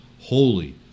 Holy